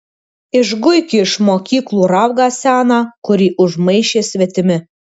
išguiki iš mokyklų raugą seną kurį užmaišė svetimi